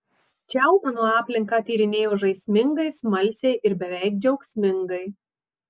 čiau mano aplinką tyrinėjo žaismingai smalsiai ir beveik džiaugsmingai